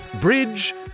Bridge